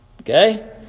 okay